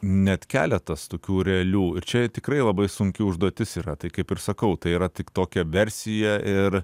net keletas tokių realių ir čia tikrai labai sunki užduotis yra tai kaip ir sakau tai yra tik tokia versija ir